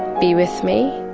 be with me.